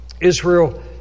Israel